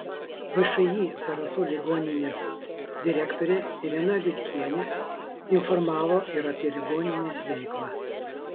všį zarasų ligoninės direktorė irena liutkienė informavo ir apie ligoninės veiklą